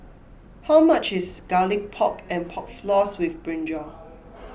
how much is Garlic Pork and Pork Floss with Brinjal